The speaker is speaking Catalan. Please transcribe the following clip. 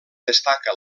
destaca